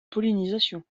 pollinisation